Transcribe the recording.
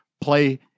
play